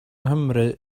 nghymru